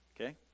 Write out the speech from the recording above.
okay